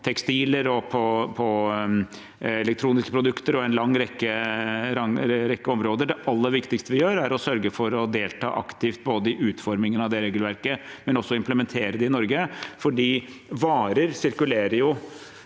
tekstiler, elektroniske produkter og en lang rekke områder. Det aller viktigste vi gjør, er å sørge for å delta aktivt både i utformingen av det regelverket og ved å implementere dem i Norge, fordi varer sirkulerer i